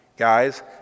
Guys